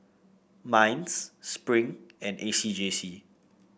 Minds Spring and A C J C